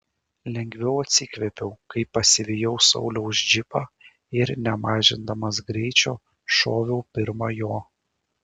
lengviau atsikvėpiau kai pasivijau sauliaus džipą ir nemažindamas greičio šoviau pirma jo